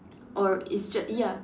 or it's just ya